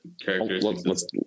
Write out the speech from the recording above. characters